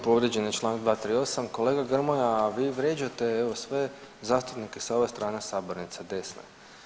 Povrijeđen je Članak 238., kolega Grmoja vi vrijeđate evo sve zastupnike sa ove strane sabornice desne.